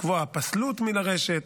לקבוע פסלות מלרשת.